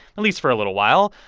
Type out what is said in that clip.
at least for a little while,